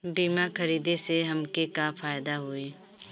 बीमा खरीदे से हमके का फायदा होई?